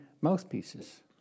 mouthpieces